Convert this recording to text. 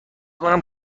کنم